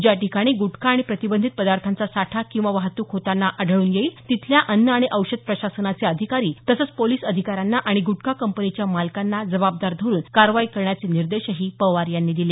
ज्या ठिकाणी गुटखा आणि प्रतिबंधित पदार्थांचा साठा किंवा वाहतूक होताना आढळून येईल तिथल्या अन्न आणि औषध प्रशासनाचे अधिकारी तसंच पोलिस अधिकाऱ्यांना अणि ग्रटखा कंपनीच्या मालकांना जबाबदार धरून कारवाई करण्याचे निर्देश पवार यांनी दिले